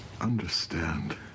Understand